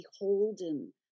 beholden